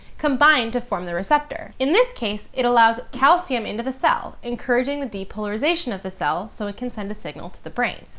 combine to form the receptor in this case, it allows calcium into the cell, encouraging the depolarization of the cell, so it can send a signal to the brain.